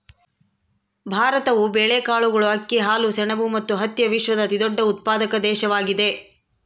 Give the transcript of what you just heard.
ಭಾರತವು ಬೇಳೆಕಾಳುಗಳು, ಅಕ್ಕಿ, ಹಾಲು, ಸೆಣಬು ಮತ್ತು ಹತ್ತಿಯ ವಿಶ್ವದ ಅತಿದೊಡ್ಡ ಉತ್ಪಾದಕ ದೇಶವಾಗಿದೆ